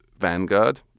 Vanguard